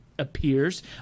appears